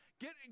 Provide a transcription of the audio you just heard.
get